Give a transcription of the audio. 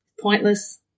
Pointless